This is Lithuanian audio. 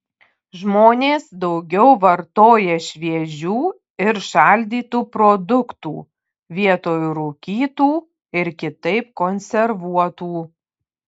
žmonės daugiau vartoja šviežių ir šaldytų produktų vietoj rūkytų ir kitaip konservuotų